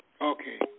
Okay